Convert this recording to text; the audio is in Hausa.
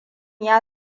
ya